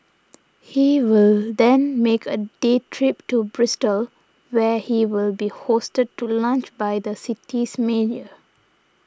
he will then make a day trip to Bristol where he will be hosted to lunch by the city's mayor